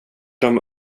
dem